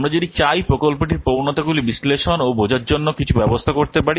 আমরা যদি চাই প্রকল্পটির প্রবণতাগুলি বিশ্লেষণ ও বোঝার জন্য কিছু ব্যবস্থা করতে পারি